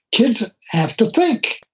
kids have to think.